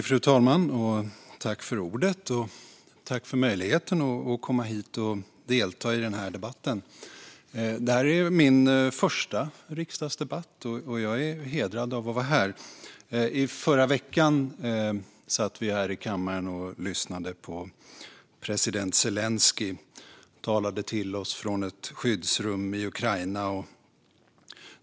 Fru talman! Tack för möjligheten att komma hit och delta i debatten! Det här är den första ärendedebatt som jag deltar i. Jag är hedrad att vara här. I förra veckan satt vi här i kammaren och lyssnade till president Zelenskyj som talade till oss från ett skyddsrum i Ukraina.